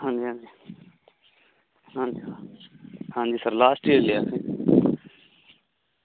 ਹਾਂਜੀ ਹਾਂਜੀ ਹਾਂਜੀ ਸਰ ਹਾਂਜੀ ਸਰ ਲਾਸਟ ਏਅਰ ਲਿਆ ਸੀ